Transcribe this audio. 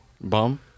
Bum